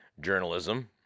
journalism